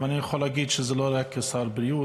אבל אני יכול להגיד שזה לא רק כשר הבריאות,